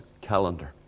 Calendar